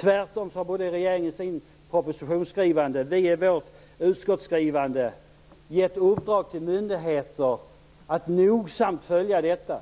Tvärtom har både regeringen i sitt propositionsskrivande och vi i vårt utskottsskrivande givit i uppdrag åt myndigheter att nogsamt följa detta,